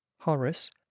Horace